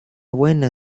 buena